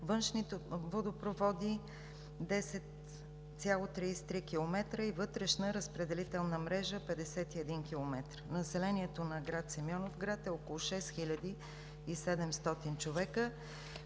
външните водопроводи – 10,33 километра, и вътрешна разпределителна мрежа – 51 километра. Населението на град Симеоновград е около 6700 човека.